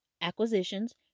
acquisitions